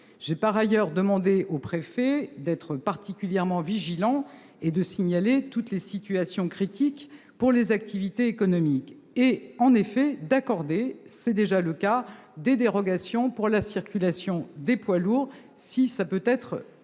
J'ai par ailleurs demandé aux préfets d'être particulièrement vigilants, de signaler toutes les situations critiques pour les activités économiques et d'accorder, comme vous le préconisez, des dérogations pour la circulation des poids lourds le dimanche si